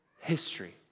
history